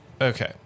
Okay